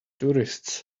tourists